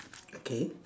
okay